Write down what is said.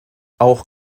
auch